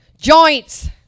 Joints